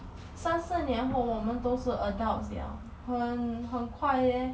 三四年后我们都是 adults 了很很快 leh